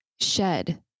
shed